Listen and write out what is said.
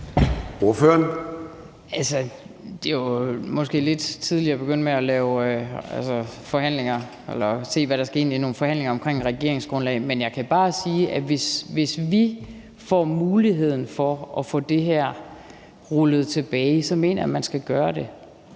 det er måske lidt tidligt at begynde at lave forhandlinger eller se, hvad der skal ind i nogle forhandlinger omkring et regeringsgrundlag. Men jeg kan bare sige, at hvis vi får muligheden for at få det her rullet tilbage, mener jeg, at man skal gøre det.